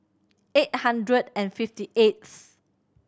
eight hundred and fifty eighth